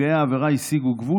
ידע שיש חוק שאוסר